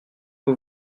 que